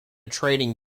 trading